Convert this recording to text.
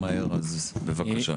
אז בבקשה.